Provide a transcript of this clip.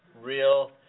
real